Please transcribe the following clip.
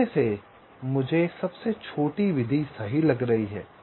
उसमें से मुझे सबसे छोटी विधि सही लग रही है